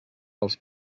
els